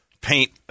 paint